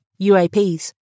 UAPs